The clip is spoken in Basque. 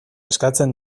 eskatzen